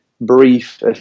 brief